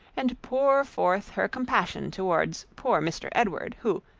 and pour forth her compassion towards poor mr. edward, who,